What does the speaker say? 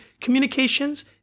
communications